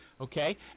okay